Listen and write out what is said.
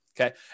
okay